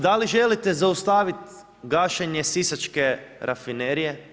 Da li želite zaustaviti gašenje sisačke rafinerije?